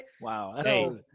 Wow